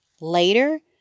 Later